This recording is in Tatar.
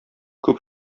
күп